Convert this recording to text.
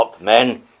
men